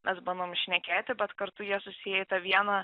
mes bandom šnekėti bet kartu jie susieja į tą vieną